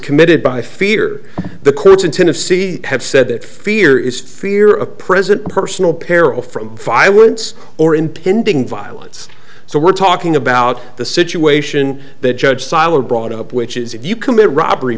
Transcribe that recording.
committed by fear the courts in tennessee have said that fear is fear of present personal peril from fi wants or impending violence so we're talking about the situation that judge seidlin brought up which is if you commit robbery